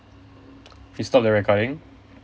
we stopped the recording